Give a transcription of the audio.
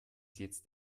jetzt